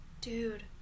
dude